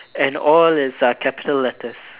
and all is uh capital letters